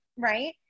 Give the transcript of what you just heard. right